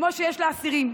כמו שיש לאסירים.